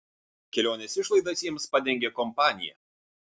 kelionės išlaidas jiems padengė kompanija